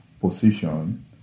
position